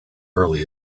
early